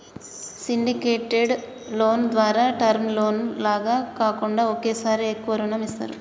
syndicated loan ద్వారా term loan లాగా కాకుండా ఒకేసారి ఎక్కువ రుణం ఇస్తారు